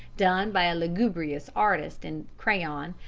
done by a lugubrious artist in crayon,